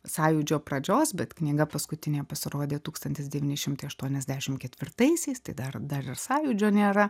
sąjūdžio pradžios bet knyga paskutinė pasirodė tūkstantis devyni šimtai aštuoniasdešim ketvirtaisiais tai dar dar ir sąjūdžio nėra